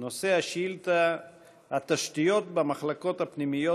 י"ז באדר התשע"ז (15 במרס